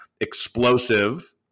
explosive